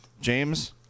James